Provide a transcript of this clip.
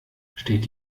steht